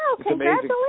congratulations